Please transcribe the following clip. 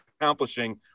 accomplishing